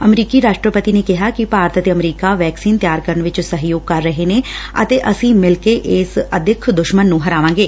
ਅਮਰੀਕੀ ਰਾਸਟਰਪਤੀ ਨੇ ਕਿਹੈ ਕਿ ਭਾਰਤ ਅਤੇ ਅਮਰੀਕਾ ਵੈਕਸੀਨ ਤਿਆਰ ਕਰਨ ਚ ਸਹਿਯੋਗ ਕਰ ਰਹੇ ਨੇ ਅਤੇ ਅਸੀ ਮਿਲਕੇ ਇਸ ਅਦਿੱਖ ਦੁਸ਼ਮਨ ਨੂੰ ਹਰਾਵਾਗੇ